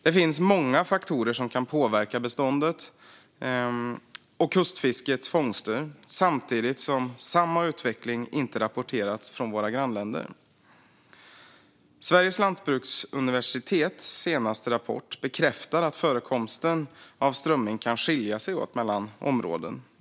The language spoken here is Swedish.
Det finns många faktorer som kan påverka beståndet och kustfiskets fångster. Samtidigt har samma utveckling inte rapporterats från våra grannländer. Sveriges lantbruksuniversitets senaste rapport bekräftar att förekomsten av strömming kan skilja sig åt mellan områden.